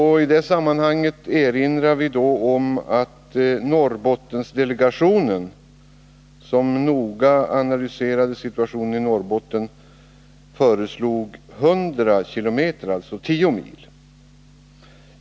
I detta sammanhang erinrar vi om att Norrbottendelegationen, som noga analyserade situationen i Norrbotten, föreslog 100 km, alltså 10 mil.